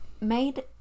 made